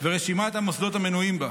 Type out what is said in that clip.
ורשימת המוסדות המנויים בה.